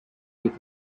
with